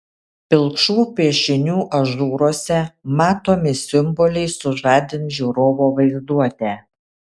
pilkšvų piešinių ažūruose matomi simboliai sužadins žiūrovo vaizduotę